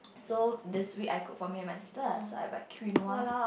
so this week I cook for me and my sister so I buy quinoa